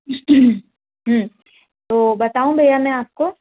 तो बताऊँ भैया मैं आपको